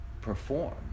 perform